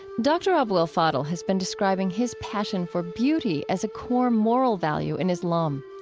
dr. abou el fadl has been describing his passion for beauty as a core moral value in islam.